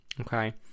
okay